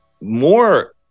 more